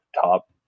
top